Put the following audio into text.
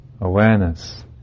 awareness